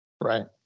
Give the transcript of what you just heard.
Right